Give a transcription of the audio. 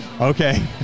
Okay